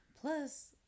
Plus